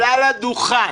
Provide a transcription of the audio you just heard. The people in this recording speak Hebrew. עלה לדוכן,